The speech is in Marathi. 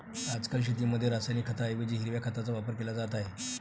आजकाल शेतीमध्ये रासायनिक खतांऐवजी हिरव्या खताचा वापर केला जात आहे